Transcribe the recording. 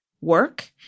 work